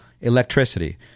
Electricity